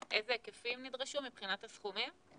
היקפים נדרשו, מבחינת הסכומים,